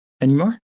anymore